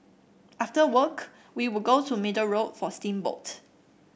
after work we would go to Middle Road for steamboat